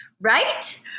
Right